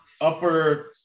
upper